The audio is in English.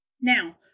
Now